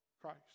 Christ